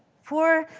for,